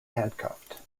handcuffed